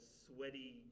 sweaty